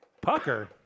Pucker